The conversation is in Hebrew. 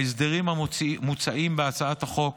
ההסדרים המוצעים בהצעת החוק,